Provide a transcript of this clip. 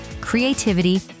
creativity